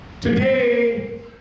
today